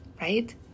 right